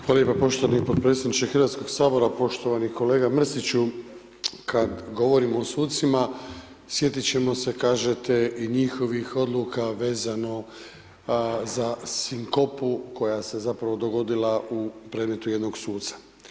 Hvala lijepo, poštovani potpredsjedniče Hrvatskog sabora, poštovani kolega Mrsiću, kada govorimo o sucima, sjetiti ćemo se, kažete, i njihovih odluka vezano za sinkopu, koja se je zapravo dogodila u predmetu jednog suca.